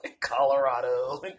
colorado